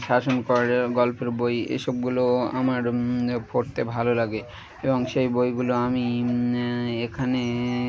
শাসন গল্পের বই এসবগুলো আমার পড়তে ভালো লাগে এবং সেই বইগুলো আমি এখানে